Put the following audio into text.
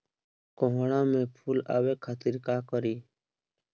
कोहड़ा में फुल आवे खातिर का करी?